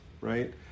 right